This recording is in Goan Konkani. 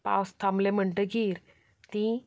पावस थांबलो म्हणटकच तीं